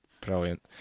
Brilliant